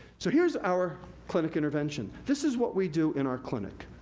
so, here's our clinic intervention. this is what we do in our clinic.